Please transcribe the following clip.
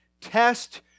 Test